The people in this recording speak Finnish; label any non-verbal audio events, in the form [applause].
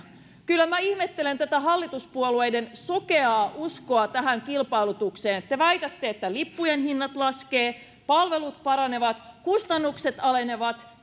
kyllä minä ihmettelen tätä hallituspuolueiden sokeaa uskoa tähän kilpailutukseen te väitätte että lippujen hinnat laskevat palvelut paranevat kustannukset alenevat [unintelligible]